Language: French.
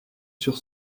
sur